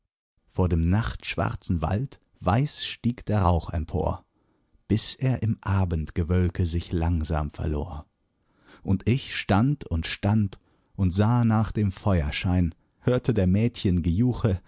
vor dem nachtschwarzen wald weiß stieg der rauch empor bis er im abendgewölke sich langsam verlor und ich stand und stand und sah nach dem feuerschein hörte der mädchen gejuche